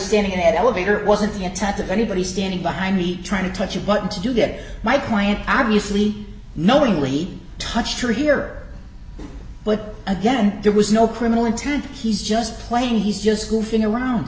standing in an elevator was it the attack of anybody standing behind me trying to touch a button to do get my point obviously knowingly he touched her here but again there was no criminal intent he's just playing he's just goofing around